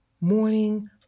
morning